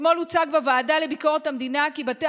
אתמול הוצג בוועדה לביקורת המדינה כי בתי